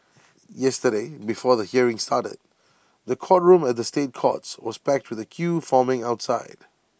yesterday before the hearing started the courtroom at the state courts was packed with A queue forming outside